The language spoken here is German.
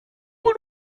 wohl